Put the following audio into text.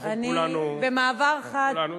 אנחנו כולנו, במעבר חד, כולנו.